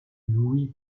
louis